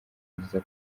nziza